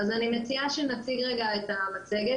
אני מציעה שנציג את המצגת.